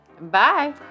Bye